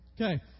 Okay